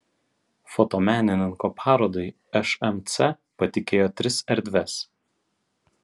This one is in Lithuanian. fotomenininko parodai šmc patikėjo tris erdves